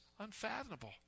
Unfathomable